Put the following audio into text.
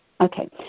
Okay